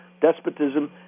despotism